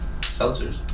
Seltzers